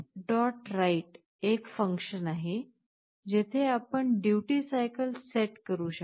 write एक function आहे जेथे आपण ड्युटी सायकल सेट करू शकता